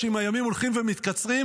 אם הימים הולכים ומתקצרים,